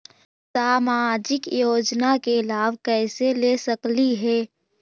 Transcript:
सामाजिक योजना के लाभ कैसे ले सकली हे?